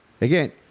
again